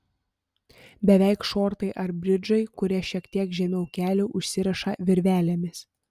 beveik šortai ar bridžai kurie šiek tiek žemiau kelių užsiriša virvelėmis